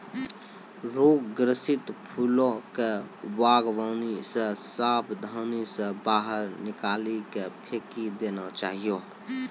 रोग ग्रसित फूलो के वागवानी से साबधानी से बाहर निकाली के फेकी देना चाहियो